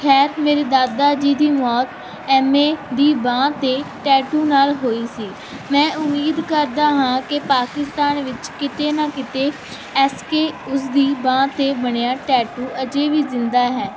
ਖੈਰ ਮੇਰੇ ਦਾਦਾ ਜੀ ਦੀ ਮੌਤ ਐਵੇਂ ਦੀ ਬਾਂਹ 'ਤੇ ਟੈਟੂ ਨਾਲ ਹੋਈ ਸੀ ਮੈਂ ਉਮੀਦ ਕਰਦਾ ਹਾਂ ਕਿ ਪਾਕਿਸਤਾਨ ਵਿੱਚ ਕਿਤੇ ਨਾ ਕਿਤੇ ਐਸ ਕੇ ਉਸਦੀ ਬਾਂਹ 'ਤੇ ਬਣਿਆ ਟੈਟੂ ਅਜੇ ਵੀ ਜ਼ਿੰਦਾ ਹੈ